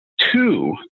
two